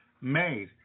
made